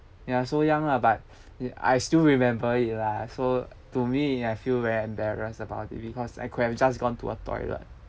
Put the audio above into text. ya so young lah but i~ I still remember it lah so to me I feel very embarrassed about it because I could have just gone to a toilet